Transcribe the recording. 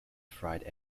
fried